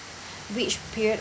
which period